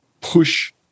push